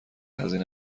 هزینه